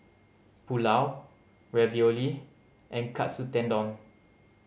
Pulao Ravioli and Katsu Tendon